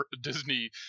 Disney